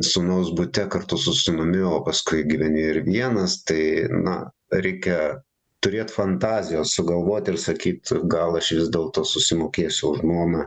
sūnaus bute kartu su sūnumi o paskui gyveni ir vienas tai na reikia turėt fantazijos sugalvot ir sakyt gal aš vis dėlto susimokėsiu už nuomą